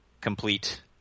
Complete